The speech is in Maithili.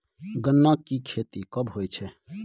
गन्ना की खेती कब होय छै?